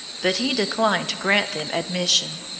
but he declined to grant them admission.